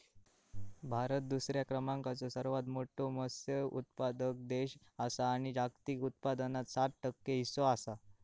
भारत दुसऱ्या क्रमांकाचो सर्वात मोठो मत्स्य उत्पादक देश आसा आणि जागतिक उत्पादनात सात टक्के हीस्सो आसा